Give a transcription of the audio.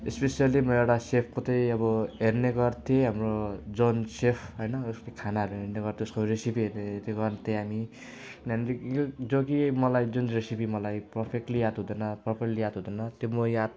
specially म एउटा सेफको त अब हेर्ने गर्थेँ हाम्रो जोन सेफ होइन उसको खानाहरू हेर्ने गर्थेँ उसको रेसेपीहरू हेर्ने गर्थेँ हामी किनभने यो जो कि मलाई जुन रेसिपी मलाई पर्फेक्टली याद हुँदैन प्रपरली याद हुँदैन त्यो म याद